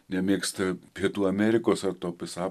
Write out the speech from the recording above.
nemėgsta pietų amerikos ar to pasa